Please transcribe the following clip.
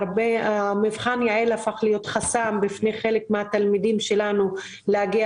מבחן יע"ל הפך להיות חסם בפני חלק מהתלמידים שלנו מלהגיע